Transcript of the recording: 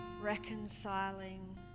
reconciling